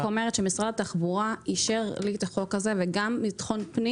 משרד התחבורה אישר לי את הצעת החוק הזאת וגם המשרד לביטחון פנים.